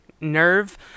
nerve